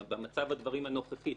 במצב הדברים הנוכחי,